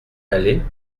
aller